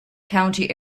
county